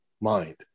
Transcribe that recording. mind